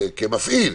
כמפעיל,